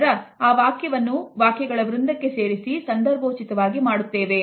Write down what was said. ನಂತರ ಆ ವಾಕ್ಯವನ್ನು ವಾಕ್ಯಗಳ ವೃಂದಕ್ಕೆ ಸೇರಿಸಿ ಸಂದರ್ಭೋಚಿತವಾಗಿ ಮಾಡುತ್ತೇವೆ